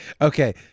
Okay